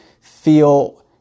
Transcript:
feel